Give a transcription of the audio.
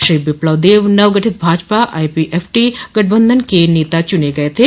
श्री विप्लब देब नव गठित भाजपा आईपीएफटी गठबंधन के नेता चुने गये थे